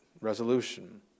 resolution